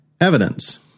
Evidence